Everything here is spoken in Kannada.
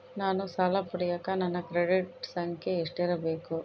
ನಾನು ಸಾಲ ಪಡಿಯಕ ನನ್ನ ಕ್ರೆಡಿಟ್ ಸಂಖ್ಯೆ ಎಷ್ಟಿರಬೇಕು?